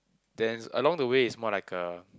then is along the way it's more like a